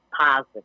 Positive